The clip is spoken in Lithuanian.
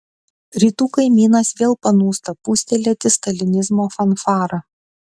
rytų kaimynas vėl panūsta pūstelėti stalinizmo fanfarą